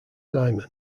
simon